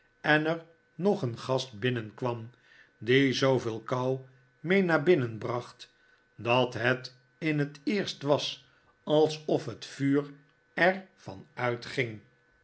en er nog een gast binnenkwam die zooveel kou mee naar binnen bracht dat het in het eerst was alsof het vuur er van uitging